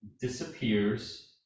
Disappears